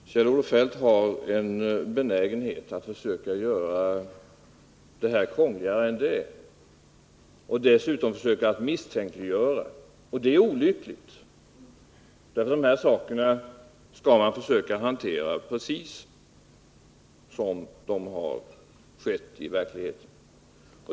Herr talman! Kjell-Olof Feldt har en benägenhet att försöka göra det här krångligare än det är, och han försöker dessutom komma med misstänkliggöranden. Det är olyckligt, för de här sakerna skall man ju hantera precis så som de hanterats i verkligheten.